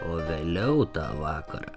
o vėliau tą vakarą